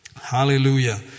Hallelujah